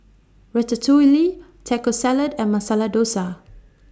Ratatouille Taco Salad and Masala Dosa